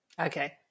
okay